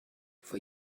vor